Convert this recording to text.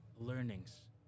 Learnings